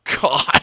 God